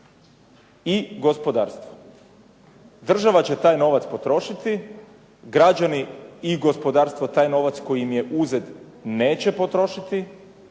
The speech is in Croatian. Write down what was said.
i gospodarstvu. Država će taj novac potrošiti, građani i gospodarstvo taj novac koji im je uzet neće potrošiti,